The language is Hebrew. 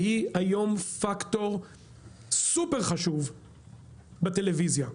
שהיא היום פקטור סופר חשוב בטלוויזיה.